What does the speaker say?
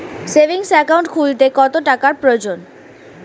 Savings account খুলতে কত টাকার প্রয়োজন?